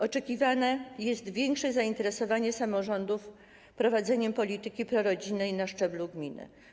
Oczekiwane jest większe zainteresowanie samorządów prowadzeniem polityki prorodzinnej na szczeblu gminy.